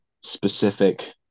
specific